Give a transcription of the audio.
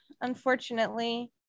unfortunately